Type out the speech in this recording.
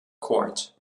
court